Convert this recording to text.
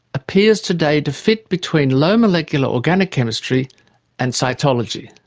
appears today to fit between low molecular organic chemistry and cytology.